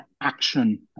action